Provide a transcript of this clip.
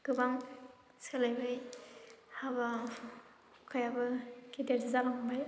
गोबां सोलायबाय हाबा हुखायाबो गेदेर जालांबाय